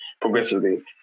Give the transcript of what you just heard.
Progressively